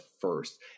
first